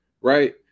right